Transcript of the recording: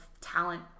talent